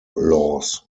laws